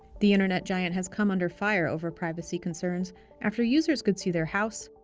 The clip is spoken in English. the internet giant has come under fire over privacy concerns after users could see their house,